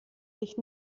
sich